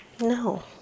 No